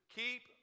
keep